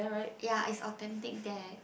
ya is authentic there